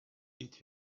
eat